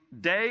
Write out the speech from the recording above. day